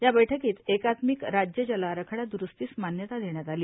या बैठकीत एकात्मिक राज्य जल आराखडा द्रुस्तीस मान्यता देण्यात आली